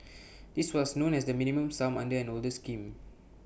this was known as the minimum sum under an older scheme